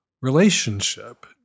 relationship